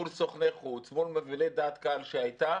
מול סוכני חוץ, מול מובילי דעת קהל שהייתה,